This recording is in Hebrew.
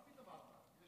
מה פתאום 04:00?